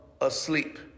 asleep